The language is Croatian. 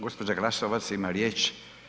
Gospođa Glasovac ima riječ.